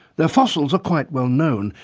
their fossils are quite well known,